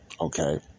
Okay